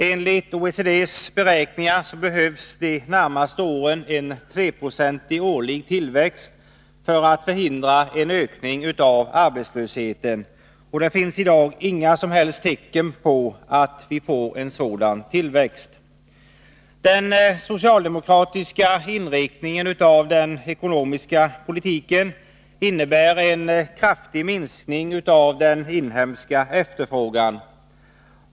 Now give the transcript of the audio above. Enligt OECD:s beräkningar behövs det under de närmaste åren en 3-procentig årlig tillväxt för att förhindra en ökning av arbetslösheten. Det finns i dag inga som helst tecken på att vi får en sådan tillväxt. Den inriktning som socialdemokraterna har i fråga om den ekonomiska politiken innebär en kraftig minskning av den inhemska efterfrågan.